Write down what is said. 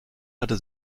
hatte